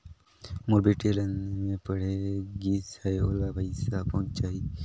मोर बेटी हर लंदन मे पढ़े गिस हय, ओला पइसा पहुंच जाहि?